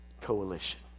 coalition